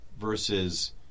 versus